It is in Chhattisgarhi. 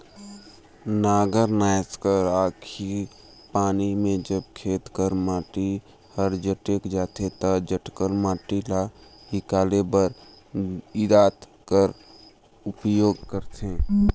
नांगर नाएस कर आखी पाखी मे जब खेत कर माटी हर जटेक जाथे ता जटकल माटी ल हिकाले बर इरता कर उपियोग करथे